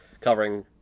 covering